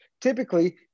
typically